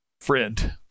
Friend